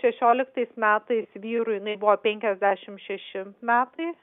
šešioliktais metais vyrui jinai buvo penkiasdešimt šeši metai